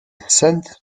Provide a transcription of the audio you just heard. scent